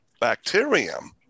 bacterium